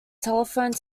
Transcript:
telephone